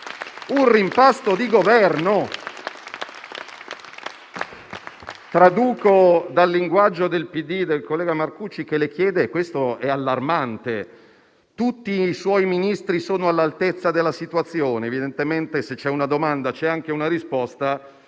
un rimpasto di Governo. Traduco dal linguaggio del PD e del collega Marcucci, che le chiede - e questo è allarmante - se tutti i suoi Ministri siano all'altezza della situazione. Evidentemente, se c'è una domanda, c'è anche una risposta: